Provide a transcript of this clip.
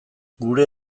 gure